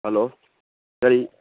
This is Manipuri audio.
ꯍꯂꯣ ꯀꯔꯤ